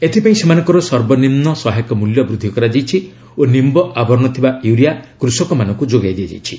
ଏଥିପାଇଁ ସେମାନଙ୍କର ସର୍ବନିମ୍ନ ସହାୟକ ମୂଲ୍ୟ ବୃଦ୍ଧି କରାଯାଇଛି ଓ ନିମ୍ବ ଆବରଣ ଥିବା ୟୁରିଆ କୃଷକମାନଙ୍କୁ ଯୋଗାଇ ଦିଆଯାଇଛି